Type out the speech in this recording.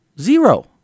Zero